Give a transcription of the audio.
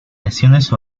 lesiones